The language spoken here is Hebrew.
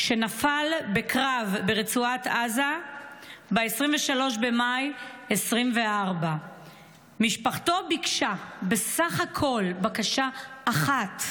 שנפל בקרב ברצועת עזה ב-23 במאי 2024. משפחתו ביקשה בסך הכול בקשה אחת,